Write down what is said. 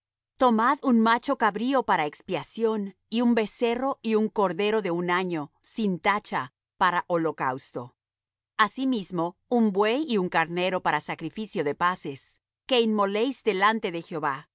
tomad un macho cabrío para expiación y un becerro y un cordero de un año sin tacha para holocausto asimismo un buey y un carnero para sacrificio de paces que inmoléis delante de jehová